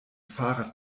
fahrrad